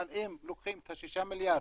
אבל אם לוקחים את שישה המיליארד,